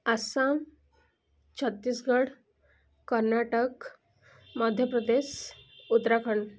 Assam Chhattisgarh Karnataka Madhya Pradesh Uttarakhand